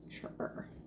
Sure